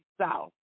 South